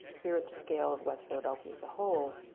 here at the scale of west philadelphia as a whole,